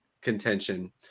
contention